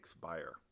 buyer